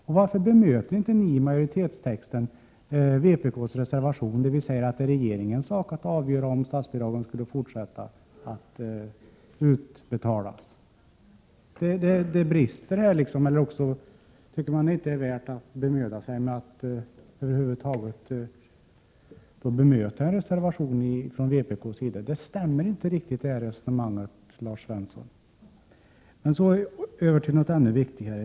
Och varför bemöter inte ni i majoritetstexten vpk:s reservation, där vi säger att det är regeringens sak att avgöra om statsbidrag skall utbetalas i fortsättningen? Det brister här eller också tycker man inte att det är mödan värt att bemöta en reservation från vpk. Det här resonemanget stämmer inte riktigt, Lars Svensson. Så över till något ännu viktigare.